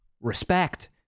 respect